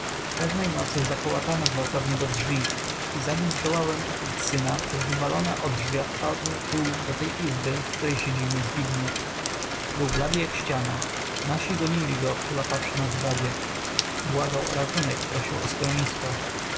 pewnej nocy zakołatano gwałtownie do drzwi i zanim zdołałem ukryć syna przez wywalone odrzwia wpadł tu do tej izby w której siedzimy zbigniew był blady jak ściana nasi gonili go przyłapawszy na zdradzie błagał o ratunek prosił o schronisko